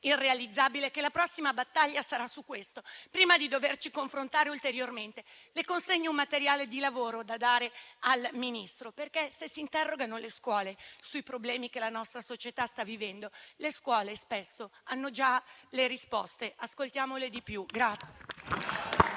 per classe, temo che la prossima battaglia sarà su questo, prima di doverci confrontare ulteriormente, le consegno il suddetto materiale di lavoro da dare al Ministro, perché, se si interrogano le scuole sui problemi che la nostra società sta vivendo, spesso hanno già le risposte, quindi ascoltiamole di più.